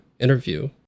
interview